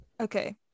okay